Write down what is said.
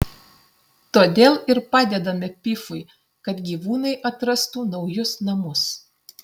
todėl ir padedame pifui kad gyvūnai atrastų naujus namus